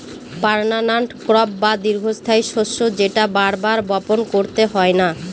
permanent crop বা দীর্ঘস্থায়ী শস্য যেটা বার বার বপন করতে হয় না